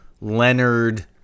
Leonard